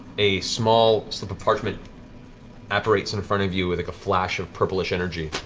a small slip of parchment apparates in front of you with like a flash of purplish energy.